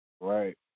Right